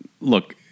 look